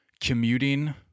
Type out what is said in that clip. commuting